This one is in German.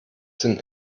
sinn